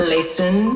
Listen